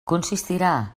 consistirà